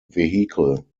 vehicle